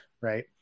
Right